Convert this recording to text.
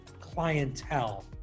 clientele